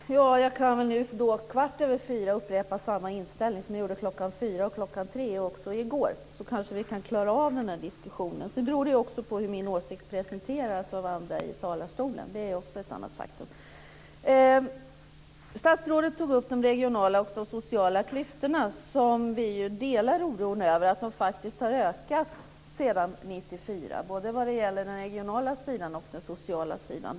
Fru talman! Jag kan väl nu klockan kvart över fyra upprepa samma inställning som jag hade klockan fyra och klockan tre och även i går, så kanske vi kan klara av den diskussionen. Sedan beror det ju också på hur min åsikt presenteras av andra i talarstolen. Det är också ett annat faktum. Statsrådet tog upp de regionala och de sociala klyftorna. Vi delar oron över att de faktiskt har ökat sedan 1994, vad gäller både den regionala och den sociala sidan.